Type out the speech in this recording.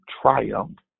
triumph